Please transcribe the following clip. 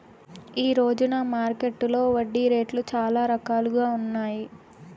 ఈ రోజున మార్కెట్టులో వడ్డీ రేట్లు చాలా రకాలుగా ఉన్నాయి